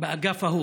באגף ההוא.